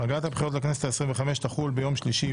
פגרת הבחירות לכנסת ה-25 תחל ביום שלישי,